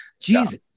Jesus